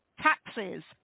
taxes